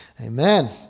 Amen